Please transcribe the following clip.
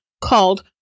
called